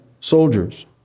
soldiers